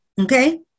Okay